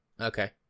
Okay